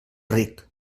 ric